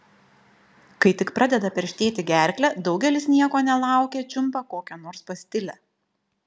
kai tik pradeda perštėti gerklę daugelis nieko nelaukę čiumpa kokią nors pastilę